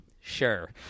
sure